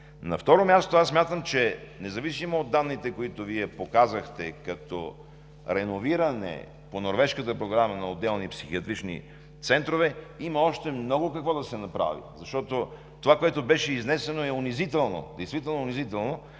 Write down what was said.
На второ място, смятам, че независимо от данните, които Вие показахте като реновиране по норвежката програма на отделни психиатрични центрове, има още много какво да се направи, защото това, което беше изнесено, е унизително – действително унизително